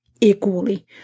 equally